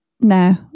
No